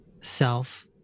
self